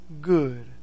good